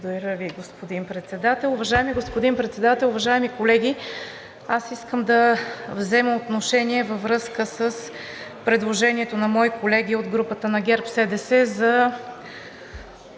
Уважаеми господин Председател, уважаеми колеги! Аз искам да взема отношение във връзка с предложението на мои колеги от групата на ГЕРБ-СДС за